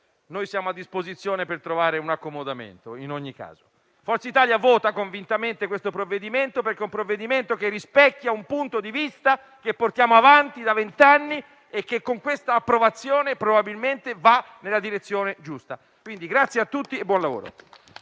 Noi siamo a disposizione per trovare un accomodamento, in ogni caso. Forza Italia vota convintamente il provvedimento in esame perché rispecchia un punto di vista che portiamo avanti da vent'anni e che con questa approvazione probabilmente va nella direzione giusta. Quindi, grazie a tutti e buon lavoro.